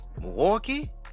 Milwaukee